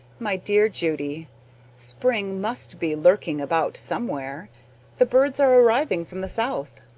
my dear judy spring must be lurking about somewhere the birds are arriving from the south.